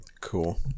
Cool